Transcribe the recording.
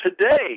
Today